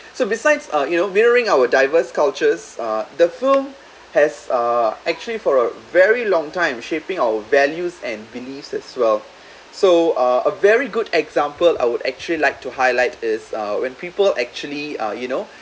so besides uh you know mirroring our diverse cultures uh the film has uh actually for a very long time shaping our values and beliefs as well so uh a very good example I would actually like to highlight is uh when people actually uh you know